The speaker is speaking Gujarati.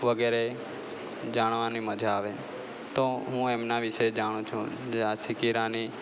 વગેરે જાણવાની મજા આવે તો હું એમના વિષે જાણું છું ઝાંસી કી રાની